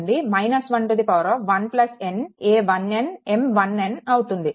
నుండి 1n a1nM1n అవుతుంది